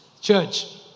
Church